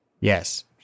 Yes